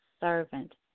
servant